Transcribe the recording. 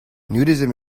nudism